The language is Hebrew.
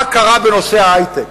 מה קרה בנושא ההיי-טק?